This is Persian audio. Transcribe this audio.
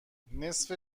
نصف